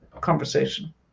conversation